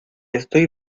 estoy